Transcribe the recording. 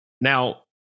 Now